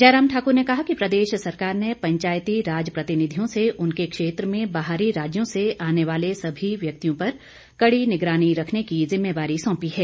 जयराम ठाक्र ने कहा कि प्रदेश सरकार ने पंचायती राज प्रतिनिधियों से उनके क्षेत्र में बाहरी राज्यों से आने वाले सभी व्यक्तियों पर कड़ी निगरानी रखने की जिम्मेवारी सौंपी है